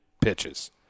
pitches